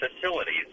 facilities